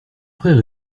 frère